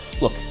look